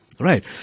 Right